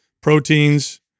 proteins